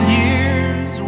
years